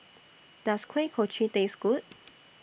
Does Kuih Kochi Taste Good